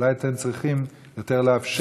אולי אתם צריכים יותר לאפשר.